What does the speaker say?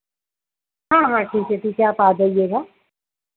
हाँ हाँ ठीक है ठीक है आप आ जाइएगा